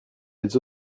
les